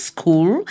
School